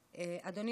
אדוני יושב-ראש הכנסת,